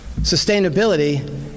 sustainability